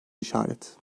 işaret